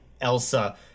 Elsa